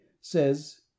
says